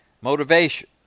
Motivation